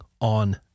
on